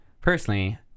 Personally